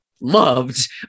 loved